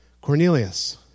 Cornelius